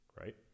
Right